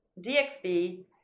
DXB